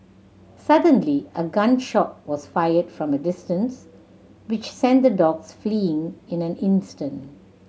suddenly a gun shot was fired from a distance which sent the dogs fleeing in an instant